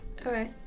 Okay